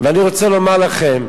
ואני רוצה לומר לכם,